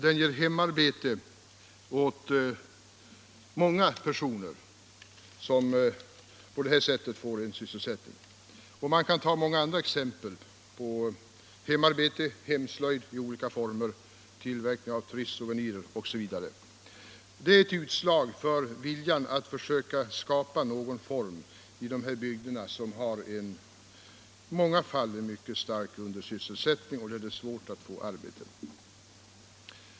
Det ger hemarbete åt många personer. Man kan nämna många andra exempel på hemarbete, hemslöjd i olika former, tillverkning av turistsouvenirer osv. Det är ett uttryck för viljan att skapa sysselsättning i någon form i bygder som har en stark undersysselsättning och där det är svårt att få arbete.